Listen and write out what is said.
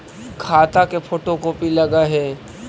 खाता के photo copy लगहै?